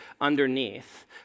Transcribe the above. underneath